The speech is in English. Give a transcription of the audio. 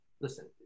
listen